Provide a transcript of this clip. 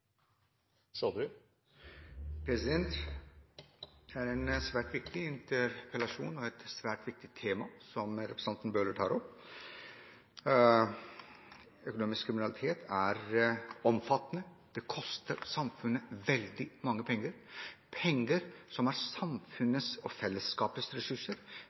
til. Det er en svært viktig interpellasjon og et svært viktig tema representanten Bøhler tar opp. Økonomisk kriminalitet er omfattende. Det koster samfunnet veldig mye penger – penger som er samfunnets og fellesskapets ressurser,